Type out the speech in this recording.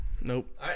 Nope